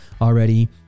already